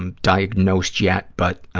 um diagnosed yet, but